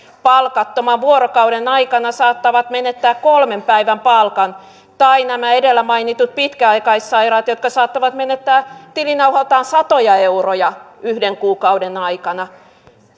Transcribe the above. palkattoman vuorokauden aikana saattavat menettää kolmen päivän palkan tai nämä edellä mainitut pitkäaikaissairaat jotka saattavat menettää tilinauhaltaan satoja euroja yhden kuukauden aikana